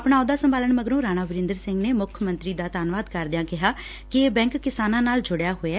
ਆਪਣਾ ਅਹੁਦਾ ਸੰਭਾਲਣ ਮਗਰੋਂ ਰਾਣਾ ਵਰਿੰਦਰ ਸਿੰਘ ਨੇ ਮੁੱਖ ਮੰਤਰੀ ਦਾ ਧੰਨਵਾਦ ਕਰਦਿਆਂ ਕਿਹਾ ਕਿ ਇਹ ਬੈਂਕ ਕਿਸਾਨਾਂ ਨਾਲ ਜੁੜਿਆ ਹੋਇਐ